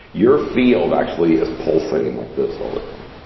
your field actually is pulsating like this all the time.